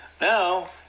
Now